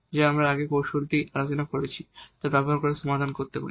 যা আমরা আগে যে কৌশলটি নিয়ে আলোচনা করেছি তা ব্যবহার করে সমাধান করতে পারি